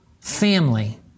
family